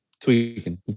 tweaking